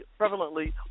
prevalently